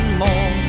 more